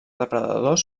depredadors